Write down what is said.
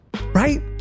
right